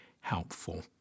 helpful